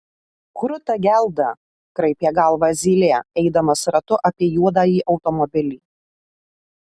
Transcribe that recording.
kruta gelda kraipė galvą zylė eidamas ratu apie juodąjį automobilį